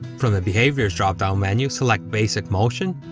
from the behaviours drop down menu, select basic motion,